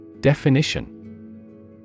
Definition